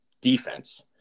defense